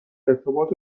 ارتباط